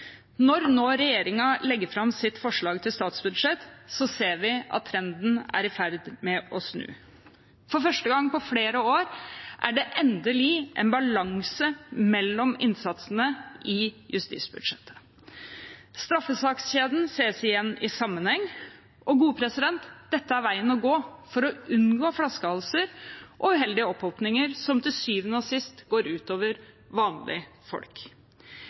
Når nå regjeringen legger fram sitt forslag til statsbudsjett, ser vi at trenden er i ferd med å snu. For første gang på flere år er det endelig en balanse mellom innsatsene i justisbudsjettet. Straffesakskjeden ses igjen i sammenheng. Dette er veien å gå for å unngå flaskehalser og uheldige opphopinger, som til syvende og sist går ut over vanlige folk.